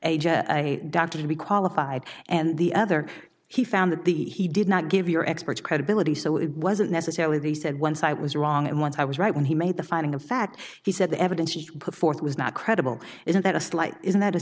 a doctor to be qualified and the other he found the he did not give your experts credibility so it wasn't necessarily the said once i was wrong and once i was right when he made the finding of fact he said the evidence he put forth was not credible isn't that a slight isn't that a